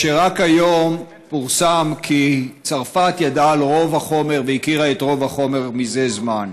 רק היום פורסם כי צרפת ידעה על רוב החומר והכירה את רוב החומר מזה זמן.